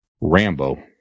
Rambo